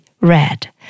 red